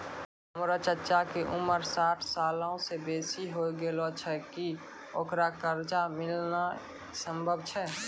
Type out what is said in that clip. हमरो चच्चा के उमर साठ सालो से बेसी होय गेलो छै, कि ओकरा कर्जा मिलनाय सम्भव छै?